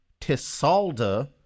Tisalda